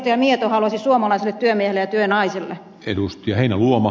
mieto haluaisi suomalaisille työmiehille ja työnaisille